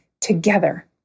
together